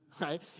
Right